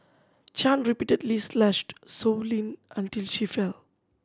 Chan repeatedly slashed Sow Lin until she fell